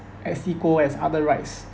as equal as other rights